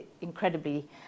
incredibly